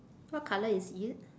what colour is it